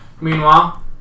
Meanwhile